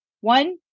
One